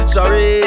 Sorry